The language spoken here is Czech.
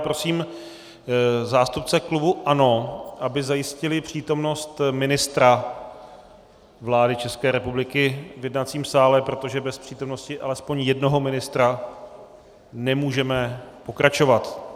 Prosím zástupce klubu ANO, aby zajistili přítomnost ministra vlády České republiky v jednacím sále, protože bez přítomnosti alespoň jednoho ministra nemůžeme pokračovat.